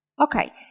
Okay